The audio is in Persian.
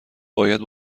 باید